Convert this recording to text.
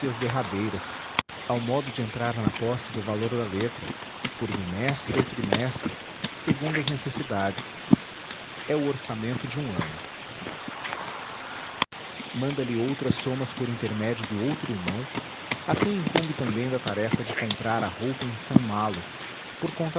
derradeiras ao modo de entrar na posse do valor da letra por bimestre ou trimestre segundo as necessidades é o orçamento de um ano manda-lhe outras somas por intermédio do outro irmão a quem incumbe também da tarefa de comprar a roupa em saint malo por